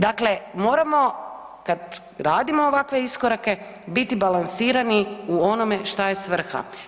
Dakle, moramo kad radimo ovakve iskorake biti balansirani u onome šta je svrha.